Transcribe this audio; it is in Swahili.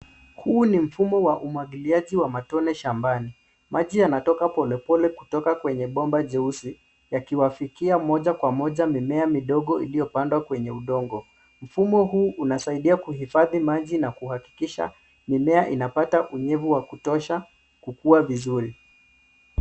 Huu ni mfumo wa umwagiliaji wa matone shambani . Maji yanatoka polepole kutoka kwenye bomba jeusi, yakiwafikia moja kwa moja mimea midogo iliyopandwa kwenye udongo. Mfumo huu unasaidia kuhifadhi maji na kuhakikisha mimea inapata unyevu wa kutosha kukua vizuri.